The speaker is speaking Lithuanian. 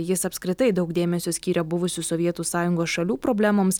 jis apskritai daug dėmesio skirė buvusių sovietų sąjungos šalių problemoms